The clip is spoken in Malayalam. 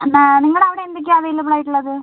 എന്നാൽ നിങ്ങളുടെ അവിടെ എന്തൊക്കെയാണ് അവൈലബിൾ ആയിട്ടുള്ളത്